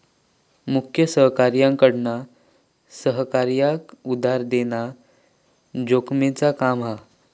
मुख्य सहकार्याकडना सहकार्याक उधार देना जोखमेचा काम हा